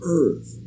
earth